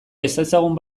ezezagun